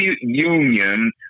Union